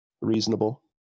Reasonable